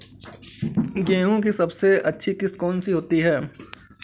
गेहूँ की सबसे अच्छी किश्त कौन सी होती है?